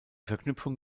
verknüpfung